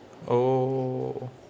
oh